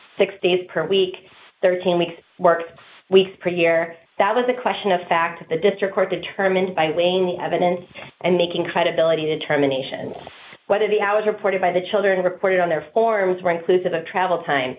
six days per week thirteen weeks work weeks per year that was a question of fact the district court determined by weighing the evidence and making credibility determination whether the eye was reported by the children reported on their forms were inclusive of travel time